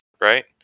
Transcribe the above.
right